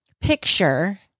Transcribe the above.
picture